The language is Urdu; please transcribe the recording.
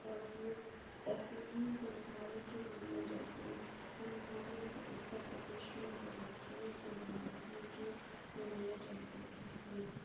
اور ایسے ہی تہواریں جو منائی جاتے ہیں ہمارے اتر پردیش میں بہت سے تہوار ہیں جو منائے جاتے ہیں